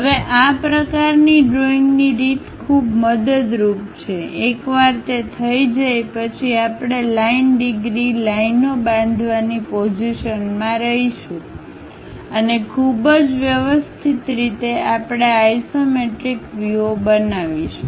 હવે આ પ્રકારની ડ્રોઇંગની રીત ખૂબ મદદરૂપ છે એકવાર તે થઈ જાય પછી આપણે લાઈન ડિગ્રી લાઇનો બાંધવાની પોઝિશનમાં રહીશું અને ખૂબ જ વ્યવસ્થિત રીતે આપણે આ આઇસોમેટ્રિક વ્યૂઓ બનાવીશું